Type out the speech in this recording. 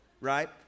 Right